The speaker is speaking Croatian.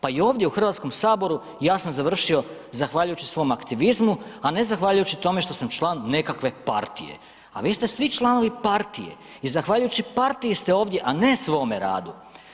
Pa i ovdje u HS ja sam završio, zahvaljujući svom aktivizmu, a ne zahvaljujući tome što sam član nekakve partije, a vi ste svi članovi partije i zahvaljujući partiji ste ovdje, a ne svome radu.